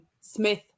Smith